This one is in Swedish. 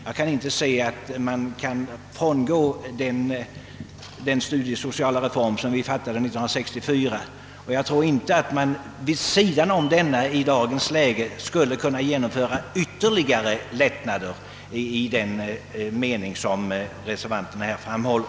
Jag kan inte se att man kan frångå den studiesociala reform som vi fattade beslut om 1964, och jag tror inte att man vid sidan om denna i dagens läge skulle kunna ge nomföra ytterligare lättnader i den meningen som reservanterna här framhåller.